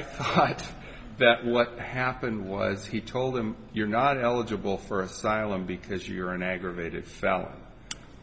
that what happened was he told them you're not eligible for asylum because you're an aggravated felony